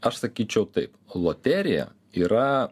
aš sakyčiau taip loterija yra